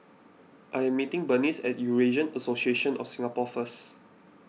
I am meeting Berenice at Eurasian Association of Singapore first